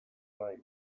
maiz